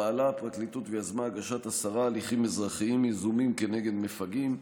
פעלה הפרקליטות ויזמה הגשת עשרה הליכים אזרחיים יזומים כנגד מפגעים.